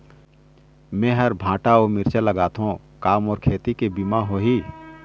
मेहर भांटा अऊ मिरचा लगाथो का मोर खेती के बीमा होही?